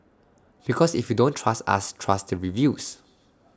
because if you don't trust us trust the reviews